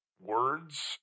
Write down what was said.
words